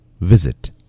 visit